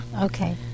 Okay